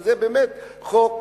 שהוא באמת חוק